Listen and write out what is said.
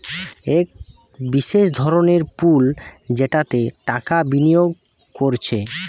এক বিশেষ ধরনের পুল যেটাতে টাকা বিনিয়োগ কোরছে